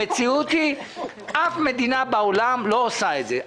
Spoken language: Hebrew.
המציאות היא שאף מדינה בעולם לא עושה את זה.